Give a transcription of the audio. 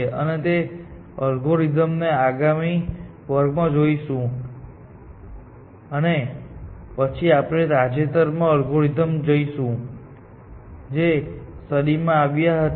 અમે તે અલ્ગોરિધમને આગામી વર્ગમાં જોઈશું અને પછી આપણે તાજેતરના અલ્ગોરિધમમાં જોઈશું જે આ સદીમાં આવ્યા છે